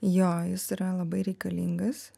jo jis yra labai reikalingas